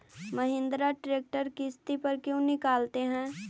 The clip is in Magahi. महिन्द्रा ट्रेक्टर किसति पर क्यों निकालते हैं?